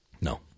No